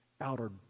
outer